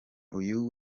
uyu